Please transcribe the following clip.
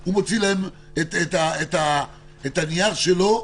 הוא מוציא את הנייר שלו,